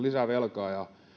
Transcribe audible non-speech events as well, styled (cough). (unintelligible) lisää velkaa